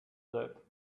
that